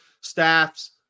staffs